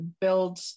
build